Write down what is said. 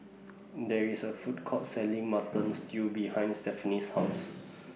There IS A Food Court Selling Mutton Stew behind Stefanie's House